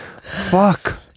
fuck